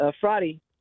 Friday